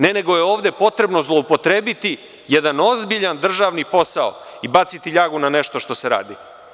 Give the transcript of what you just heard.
Ne, nego je ovde potrebno zloupotrebiti jedan ozbiljan državni posao i baciti ljagu na nešto što se radi.